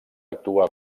actuar